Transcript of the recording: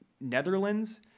Netherlands